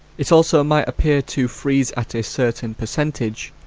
it also might appear to freeze at a certain percentage,